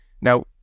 now